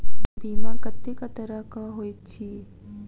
बीमा कत्तेक तरह कऽ होइत छी?